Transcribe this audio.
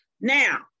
Now